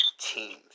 teams